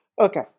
Okay